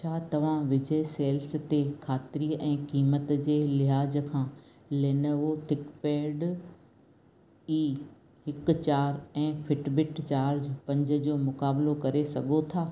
छा तव्हां विजय सेल्स ते ख़ातिरीअ ऐं क़ीमत जे लिहाज़ खां लेनोवो थिंकपैड ई हिकु चारि ऐं फिटबिट चार्ज पंज जो मुक़ाबलो करे सघो था